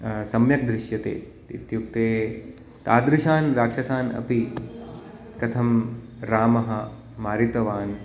सम्यक् दृश्यते इत्युक्ते तादृशान् राक्षसान् अपि कथं रामः मारितवान्